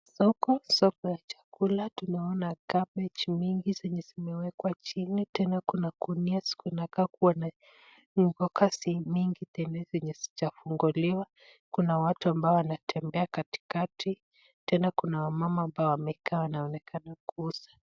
Soko, soko ya chakula. Tunaona cabbage mingi zenye zimewekwa chini. Tena kuna gunia zinakaa kuwa na mboga mingi tena zenye hazijafunguliwa. Kuna watu ambao wanatembea katikati. Tena kuna wamama ambao wamekaa wanaonekana kuuza.